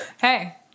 Hey